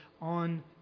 on